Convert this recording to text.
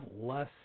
less